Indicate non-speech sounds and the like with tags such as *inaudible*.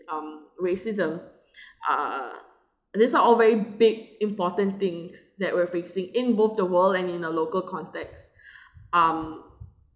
um racism *breath* uh this is what all very big important things that we're facing in both the world and in a local context *breath* um